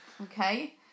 Okay